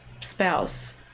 spouse